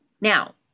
Now